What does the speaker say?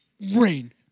rain